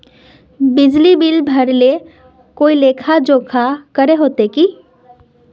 बिजली बिल भरे ले कोई लेखा जोखा करे होते की?